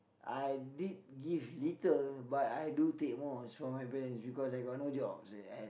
I did give little but I do take most from my parents because I got no jobs